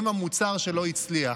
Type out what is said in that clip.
הם המוצר שלא הצליח.